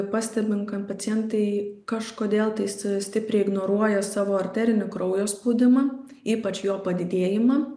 pastebim kad pacientai kažkodėl tais stipriai ignoruoja savo arterinį kraujo spaudimą ypač jo padidėjimą